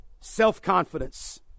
self-confidence